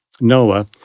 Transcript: Noah